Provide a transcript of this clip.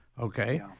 okay